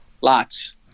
lots